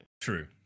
True